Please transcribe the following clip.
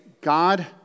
God